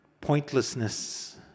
pointlessness